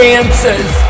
answers